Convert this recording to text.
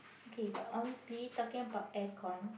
okay but honestly talking about air con